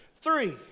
three